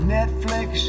Netflix